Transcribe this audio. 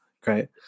Great